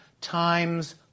time's